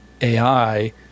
AI